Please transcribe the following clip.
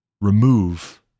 remove